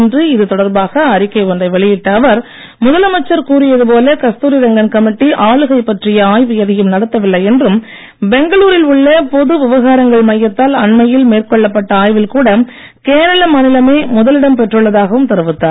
இன்று இதுதொடர்பாக அறிக்கை ஒன்றை வெளியிட்ட அவர் முதலமைச்சர் கூறியது போல கஸ்தூரிரங்கன் கமிட்டி ஆளுகை பற்றிய ஆய்வு எதையும் நடத்தவில்லை என்றும் பெங்களூ ரில் உள்ள பொது விவகாரங்கள் மையத்தால் அண்மையில் மேற்கொள்ளப் பட்ட ஆய்வில் கூட கேரள மாநிலமே முதலிடம் பெற்றுள்ளதாகவும் தெரிவித்தார்